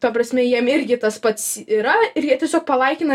ta prasme jiem irgi tas pats yra ir jie tiesiog palaikina